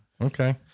Okay